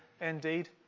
indeed